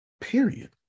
Period